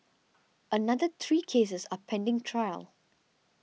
another three cases are pending trial